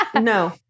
No